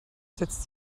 setzt